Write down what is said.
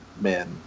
Men